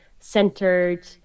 centered